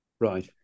right